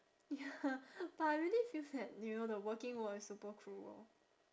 ya but I really feel that you know the working world is super cruel